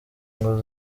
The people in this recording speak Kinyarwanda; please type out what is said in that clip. ngo